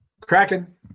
Kraken